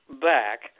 back